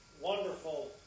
wonderful